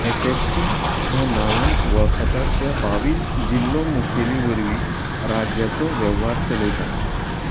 S S P ह्या नांवान वळखतात त्या बावीस जिल्लो मुखेली वरवीं राज्याचो वेव्हार चलयता